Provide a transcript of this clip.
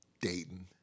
Dayton